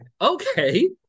Okay